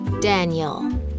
Daniel